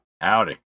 Howdy